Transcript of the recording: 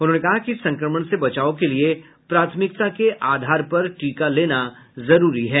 उन्होंने कहा कि संक्रमण से बचाव के लिए प्राथमिकता के आधार पर टीका लेना जरूरी है